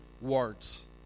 words